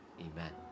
Amen